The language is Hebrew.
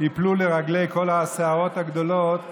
ייפלו לרגלי כל הסערות הגדולות ויסבלו.